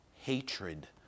hatred